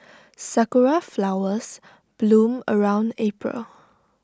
Sakura Flowers bloom around April